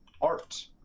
art